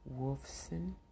Wolfson